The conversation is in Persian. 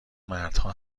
مردها